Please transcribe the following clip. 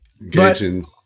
Engaging